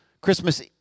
Christmas